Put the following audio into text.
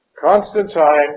Constantine